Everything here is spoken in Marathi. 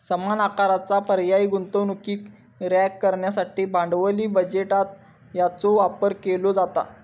समान आकाराचा पर्यायी गुंतवणुकीक रँक करण्यासाठी भांडवली बजेटात याचो वापर केलो जाता